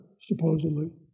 supposedly